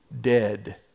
dead